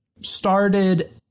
started